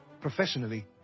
professionally